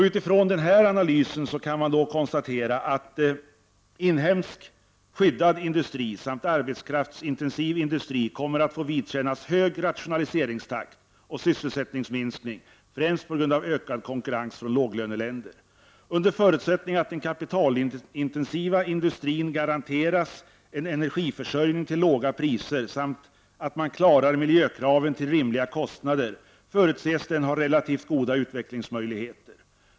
Utifrån bl.a. dessa fakta görs följande framtidsanalys: Inhemsk ”skyddad” industri samt arbetskraftsintensiv industri kommer att få vidkännas hög rationaliseringstakt och sysselsättningsminskning, främst på grund av ökad konkurrens från låglöneländer. Under förutsättning att den kapitalintensiva industrin garanteras en ener giförsörjning till låga priser samt att man klarar miljökraven till rimliga kostnader förutses den ha relativt goda utvecklingsmöjligheter.